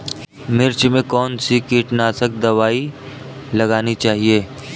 मिर्च में कौन सी कीटनाशक दबाई लगानी चाहिए?